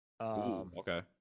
Okay